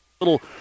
little